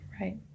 Right